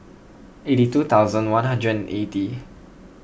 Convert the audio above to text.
eighty two thousand one hundred eighty